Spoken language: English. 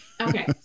okay